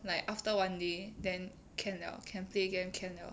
like after one day then can liao can play then can liao